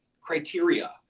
criteria